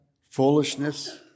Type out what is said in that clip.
foolishness